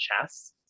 chess